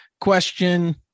question